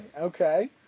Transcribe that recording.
Okay